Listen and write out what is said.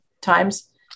times